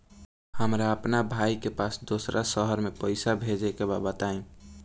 हमरा अपना भाई के पास दोसरा शहर में पइसा भेजे के बा बताई?